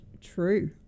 true